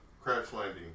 crash-landing